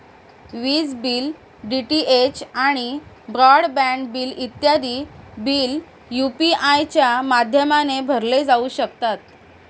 विज bill, DTH आणि broadband bill इत्यादी बिल यू.पी.आय च्या माध्यमाने भरले जाऊ शकतात